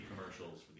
commercials